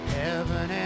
heaven